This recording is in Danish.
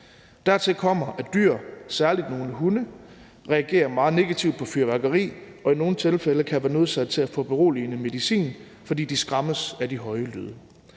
Dertil kommer, at dyr, særlig nogle hunde, reagerer meget negativt på fyrværkeri og i nogle tilfælde kan være nødsaget til at få beroligende medicin, fordi de skræmmes af de høje lyde.